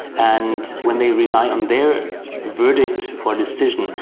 and when they rely on their verdict or decision,